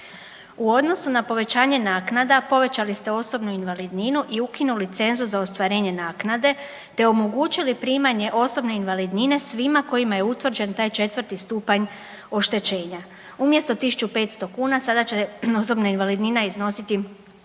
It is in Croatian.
U odnosu na povećanju naknada povećali ste osobnu invalidninu i ukinuli cenzus za ostvarenje naknade te omogućili primanje osobne invalidnine svima kojima je utvrđen taj 4. stupanj oštećenja, umjesto 1.500 kuna sada će osobna invalidnina iznositi